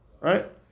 Right